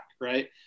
right